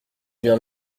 viens